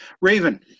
Raven